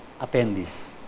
attendees